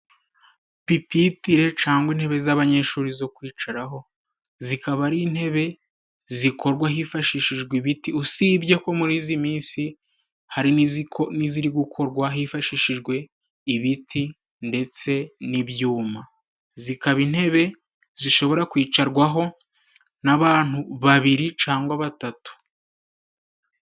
Pipitire cangwa intebe z'abanyeshuri zo kwicaraho, zikaba ari intebe zikorwa hifashishijwe ibiti, usibye ko murizi minsi hari n'iziri gukorwa hifashishijwe ibiti ndetse n'ibyuma. Zikaba intebe zishobora kwicarwaho n'abantu babiri cyangwa batatu.